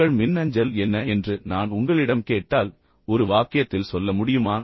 உங்கள் மின்னஞ்சல் என்ன என்று நான் உங்களிடம் கேட்டால் ஒரு வாக்கியத்தில் சொல்ல முடியுமா